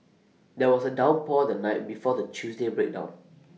there was A downpour the night before the Tuesday breakdown